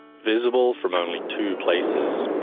visible from only two places,